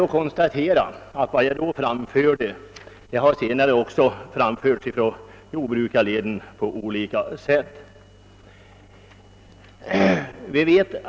Jag konstaterar bara att vad jag då anförde även senare har framförts på olika sätt av talesmän från jordbrukarleden.